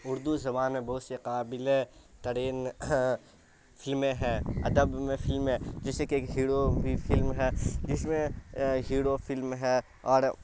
اردو زبان میں بہت سی قابل ترین فلمیں ہیں ادب میں فلمیں جیسے کہ ہیڑو بھی فلم ہے جس میں ہیڑو فلم ہے اور